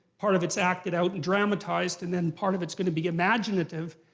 part of it's acted out and dramatized and then part of it's going to be imaginative.